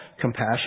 compassion